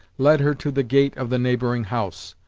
led her to the gate of the neighbouring house.